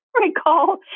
recall